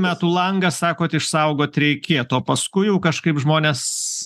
metų langą sakot išsaugot reikėtų o paskui jau kažkaip žmonės